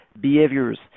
behaviors